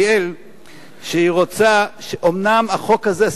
שרוצה, אומנם החוק הזה, עשיתי עכשיו חשבון,